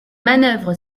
manoeuvre